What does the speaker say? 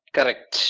Correct